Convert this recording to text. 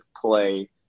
play